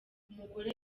umugore